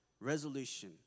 resolution